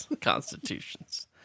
constitutions